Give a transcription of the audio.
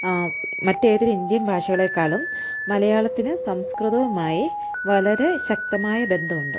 മറ്റേതൊരു ഇന്ത്യൻ ഭാഷകളെക്കാളും മലയാളത്തിന് സംസ്കൃതവുമായി വളരെ ശക്തമായ ബന്ധമുണ്ട്